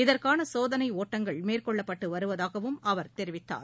இதற்கானசோதனைகள் ஓட்டங்கள் மேற்கொள்ளப்பட்டுவருவதாகவும் அவர் தெரிவித்தார்